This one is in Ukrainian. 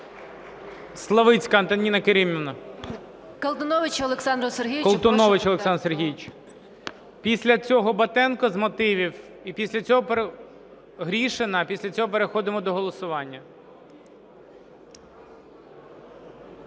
слово. ГОЛОВУЮЧИЙ. Колтунович Олександру Сергійович. Після цього Батенко з мотивів, після цього Гришина, після цього переходимо до голосування.